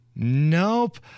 Nope